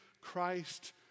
Christ